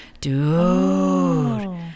dude